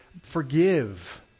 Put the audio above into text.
forgive